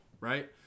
right